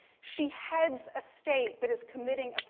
she heads a state that is committing, ah